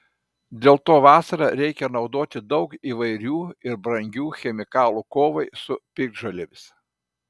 dėl to vasarą reikia naudoti daug įvairių ir brangių chemikalų kovai su piktžolėmis